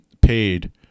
paid